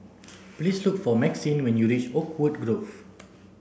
please look for Maxine when you reach Oakwood Grove